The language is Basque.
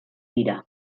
dira